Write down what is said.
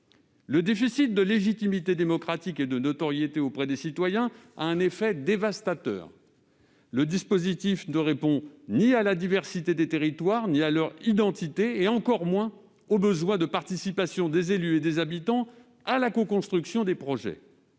Le déficit de légitimité démocratique et de notoriété auprès des citoyens a un effet dévastateur. Le dispositif ne répond ni à la diversité des territoires ni à leur identité, encore moins aux besoins de participation des élus et des habitants à la coconstruction des projets.